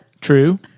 True